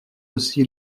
aussi